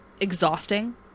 exhausting